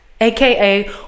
aka